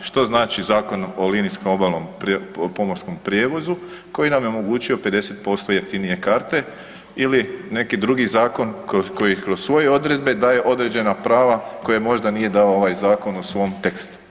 Što znači Zakon o linijskom obalnom pomorskom prijevozu koji nam je omogućio 50% jeftinije karte ili neki drugi zakon koji kroz svoje odredbe daje određena prava koja možda nije dao ovaj zakon u svom tekstu.